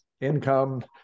income